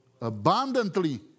abundantly